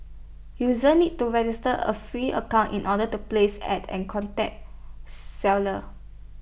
users need to register A free account in order to place ads and contact seller